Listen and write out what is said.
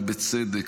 ובצדק,